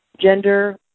gender